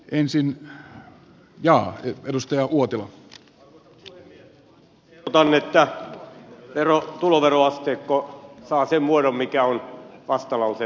maria lohelan kannattama ehdottanut että roh tuloveroasteikko saa sen muodon mikä on vastalause